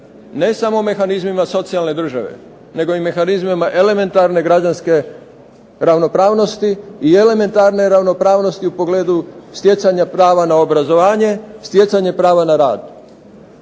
ne samo mehanizmima socijalne države nego i mehanizmima elementarne građanske ravnopravnosti i elementarne ravnopravnosti u pogledu stjecanja prava na obrazovanje, stjecanje prava na rad.